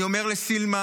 אני אומר לסילמן,